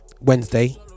wednesday